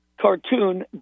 cartoon